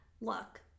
look